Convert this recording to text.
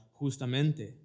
justamente